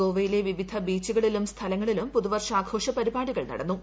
ഗോവയിലെ വിവിധ ബീച്ചുകളിലും സ്ഥലങ്ങളിലും പുതുവർഷ ആർഘാഷ പരിപാടികൾ നടന്നു